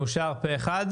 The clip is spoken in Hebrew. הצבעה אושר מאושר פה אחד.